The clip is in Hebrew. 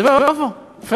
אני אומר: יפה.